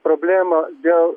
problemą dėl